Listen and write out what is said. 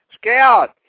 scout